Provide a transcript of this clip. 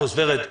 ורד,